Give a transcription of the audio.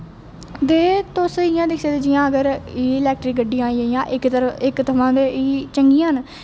ते तुस इ'यां दिक्खी सकदे जियां अगर एह् इलैक्ट्रिक गड्डियां आई गेइयां इक थमां एह् चंगियां न